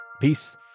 Peace